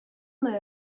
moon